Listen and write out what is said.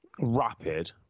rapid